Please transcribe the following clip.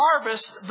harvest